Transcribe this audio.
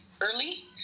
early